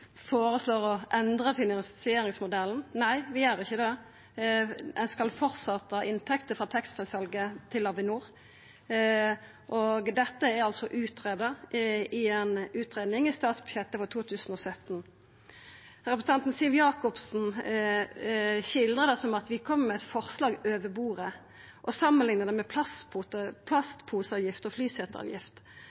føreslår å endra finansieringsmodellen. Nei, vi gjer ikkje det. Ein skal framleis ha inntekter frå taxfree-salet til Avinor. Dette er altså greidd ut i ei utgreiing i statsbudsjettet for 2017. Representanten Siv Jacobsen skildra det som at vi kjem med eit forslag over bordet, og samanlikna det med plastposeavgift og flyseteavgift.